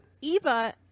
Eva